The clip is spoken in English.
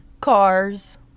Cars